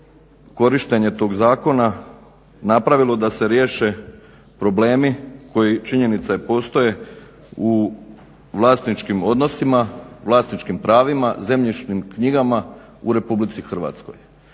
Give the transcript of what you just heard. korištenje tog zakona napravilo da se riješe problemi koji činjenica je postoje u vlasničkim odnosima, vlasničkim pravima, zemljišnim knjigama u RH. Mislim da nije